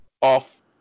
off